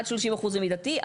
עד 30% זה מידתי,